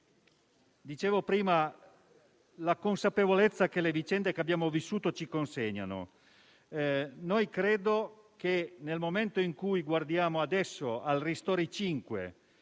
Dicevo prima della consapevolezza che le vicende che abbiamo vissuto ci consegnano. Credo che, nel momento in cui guardiamo al decreto-legge ristori 5